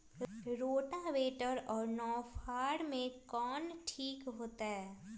Rotavator और नौ फ़ार में कौन ठीक होतै?